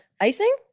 Icing